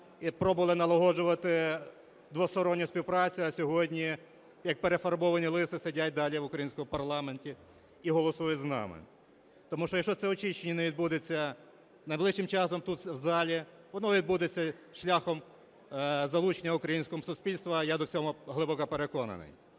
і пробували налагоджувати двосторонню співпрацю. А сьогодні як перефарбовані лиси сидять далі в українському парламенті і голосують з нами. Тому що, якщо це очищення не відбудеться найближчим часом тут у залі, воно відбудеться шляхом залучення українського суспільства. Я в цьому глибоко переконаний.